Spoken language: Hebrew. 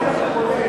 אם אין לך קונה,